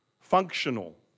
functional